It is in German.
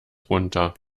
runter